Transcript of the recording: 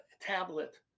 tablet